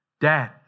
Dad